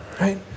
Right